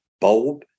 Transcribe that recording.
bulb